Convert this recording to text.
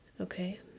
okay